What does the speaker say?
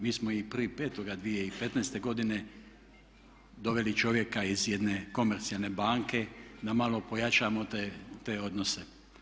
Mi smo i 1.5.2015. godine doveli čovjeka iz jedne komercijalne banke da malo pojačamo te odnose.